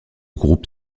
groupe